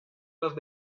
las